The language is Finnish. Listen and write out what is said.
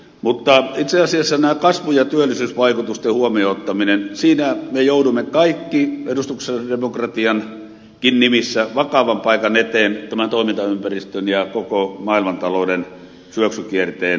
mutta tässä kasvu ja työllisyysvaikutusten huomioon ottamisessa me joudumme itse asiassa kaikki edustuksellisen demokratiankin nimissä vakavan paikan eteen tämän toimintaympäristön ja koko maailmantalouden syöksykierteen pahetessa